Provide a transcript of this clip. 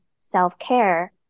self-care